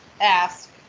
ask